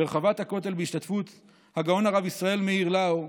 ברחבת הכותל, בהשתתפות הגאון הרב ישראל מאיר לאו,